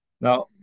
Now